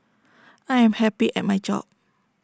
I am happy at my job